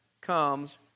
comes